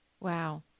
Wow